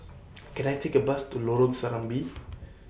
Can I Take A Bus to Lorong Serambi